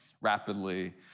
rapidly